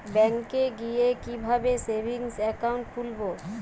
ব্যাঙ্কে গিয়ে কিভাবে সেভিংস একাউন্ট খুলব?